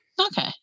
okay